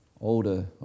older